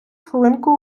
хвилинку